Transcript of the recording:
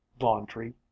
laundry